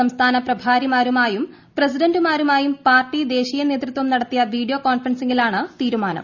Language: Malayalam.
സംസ്ഥാന പ്രഭാരിമാരുമായും പ്രസിഡന്റുമായും പാർട്ടി ദേശീയ നേതൃത്വം നടത്തിയ വീഡിയോ കോൺഫറൻസിംഗിലാണ് തീരുമാനം